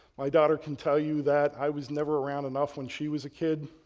my daughter can tell you that i was never around enough when she was a kid.